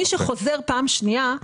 מי שחוזר פעם שנייה,